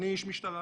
אני איש משטרה,